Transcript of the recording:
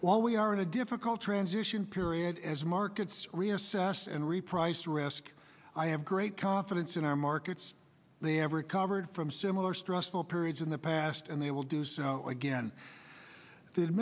while we are in a difficult transition period as markets reassess and reprice risk i have great confidence in our markets they have recovered from similar stressful periods in the past and they will do so again the